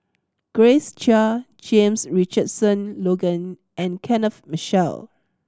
Grace Chia James Richardson Logan and Kenneth Mitchell